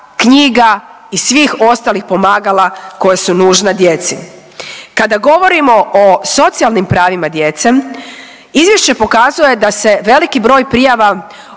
knjiga i svih ostalih pomagala koja su nužna djeci. Kada govorimo o socijalnim pravima djece izvješće pokazuje da se veliki broj prijava